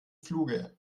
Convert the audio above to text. fluge